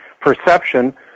perception